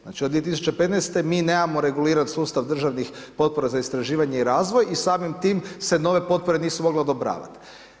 Znači od 2015. mi nemamo reguliran sustav državnih potpora za istraživanje i razvoj i samim tim se nove potpore nisu mogle odobravati.